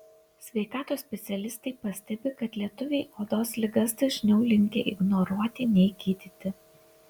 sveikatos specialistai pastebi kad lietuviai odos ligas dažniau linkę ignoruoti nei gydyti